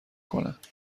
کنند